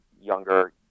younger